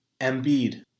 Embiid